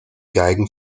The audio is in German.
geigen